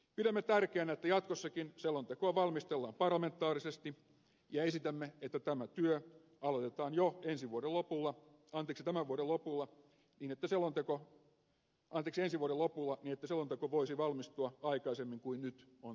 pidämme tärkeänä että jatkossakin selontekoa valmistellaan parlamentaarisesti ja esitämme että tämä työ aloitetaan jo ensi vuoden lopulla hän piti tämän vuoden lopulla niin että selonteko voisi valmistua aikaisemmin kuin nyt on tapahtunut